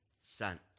sent